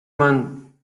маань